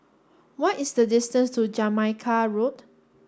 what is the distance to Jamaica Road